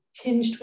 Tinged